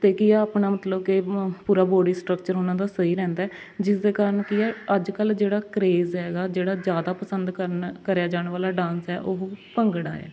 ਅਤੇ ਕੀ ਹੈ ਆਪਣਾ ਮਤਲਬ ਕਿ ਮ ਪੂਰਾ ਬੋਡੀ ਸਟਕਚਰ ਉਹਨਾਂ ਦਾ ਸਹੀ ਰਹਿੰਦਾ ਜਿਸ ਦੇ ਕਾਰਨ ਕੀ ਹੈ ਅੱਜ ਕੱਲ੍ਹ ਜਿਹੜਾ ਕਰੇਜ਼ ਹੈਗਾ ਜਿਹੜਾ ਜ਼ਿਆਦਾ ਪਸੰਦ ਕਰਨਾ ਕਰਿਆ ਜਾਣ ਵਾਲਾ ਡਾਂਸ ਹੈ ਉਹ ਭੰਗੜਾ ਹੈ